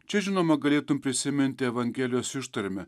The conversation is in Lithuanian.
čia žinoma galėtum prisiminti evangelijos ištarmę